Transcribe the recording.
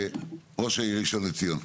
ראש העיר ראשון לציון,